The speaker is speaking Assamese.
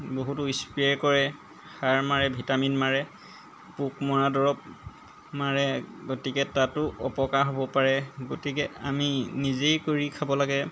বহুতো স্প্ৰে' কৰে সাৰ মাৰে ভিটামিন মাৰে পোক মৰা দৰৱ মাৰে গতিকে তাতো অপকাৰ হ'ব পাৰে গতিকে আমি নিজেই কৰি খাব লাগে